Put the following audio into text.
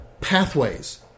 pathways